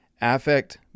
Affect